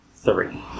Three